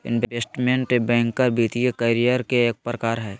investment banker वित्तीय career के एक प्रकार हय